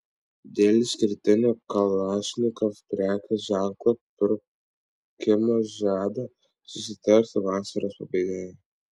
dėl išskirtinio kalašnikov prekės ženklo pirkimo žadama susitarti vasaros pabaigoje